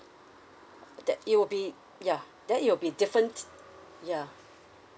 that it will be ya then it will be different ya